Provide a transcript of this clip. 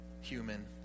human